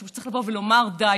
משום שצריך לבוא ולומר: די,